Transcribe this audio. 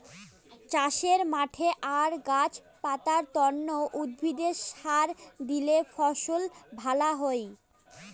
চাষের মাঠে আর গাছ পাতার তন্ন উদ্ভিদে সার দিলে ফসল ভ্যালা হই